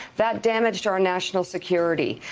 that damaged our our national security.